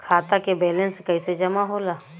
खाता के वैंलेस कइसे जमा होला?